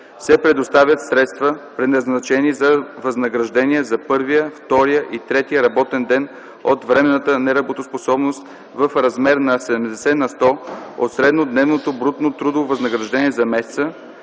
се предоставят средства, предназначени за възнаграждения за първия, втория и третия работен ден от временната неработоспособност в размер на 70 на сто от среднодневното брутно трудово възнаграждение за месеца,